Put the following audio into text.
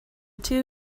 two